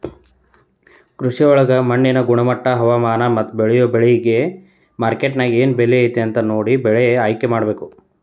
ಕೃಷಿಯೊಳಗ ಮಣ್ಣಿನ ಗುಣಮಟ್ಟ, ಹವಾಮಾನ, ಮತ್ತ ಬೇಳಿಯೊ ಬೆಳಿಗೆ ಮಾರ್ಕೆಟ್ನ್ಯಾಗ ಏನ್ ಬೆಲೆ ಐತಿ ಅಂತ ನೋಡಿ ಬೆಳೆ ಆಯ್ಕೆಮಾಡಬೇಕು